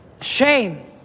Shame